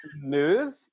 move